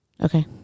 Okay